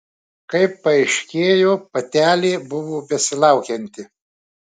kaip paaiškėjo patelė buvo besilaukianti